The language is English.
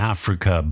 Africa